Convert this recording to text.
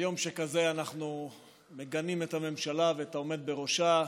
ביום שכזה אנחנו מגנים את הממשלה ואת העומד בראשה.